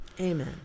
amen